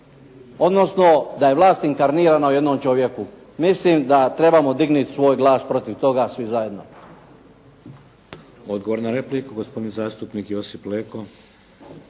odnosno da je vlast inkarnirana u jednom čovjeku. Mislim da trebamo dignuti svoj glas protiv toga svi zajedno.